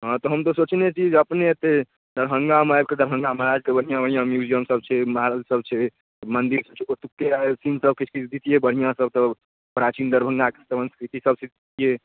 हँ तऽ हम सोचने छी जे अपने एतहि दरभङ्गामे आबिकऽ दरभङ्गा महाराजके बढ़िआँ बढ़िआँ म्यूजिअमसब छै मार्बलसब छै मन्दिर ओतुके अगर सीनसब किछु किछु दितिए बढ़िआँसब सब प्राचीन दरभङ्गाके सँस्कृतिसब दितिए